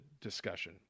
discussion